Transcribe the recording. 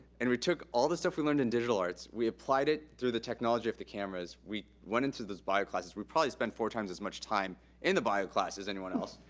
and we took all the stuff we learned in digital arts, we applied it through the technology of the cameras. we went into those bio classes. we probably spent four times as much time in the bio class as anyone else,